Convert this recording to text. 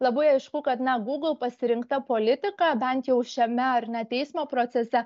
labai aišku kad na google pasirinkta politika bent jau šiame ar ne teismo procese